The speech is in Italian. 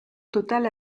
totale